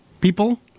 people